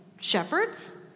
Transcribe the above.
shepherds